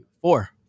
Four